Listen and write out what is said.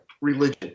religion